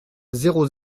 zéro